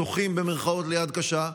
"זוכים" ליד קשה,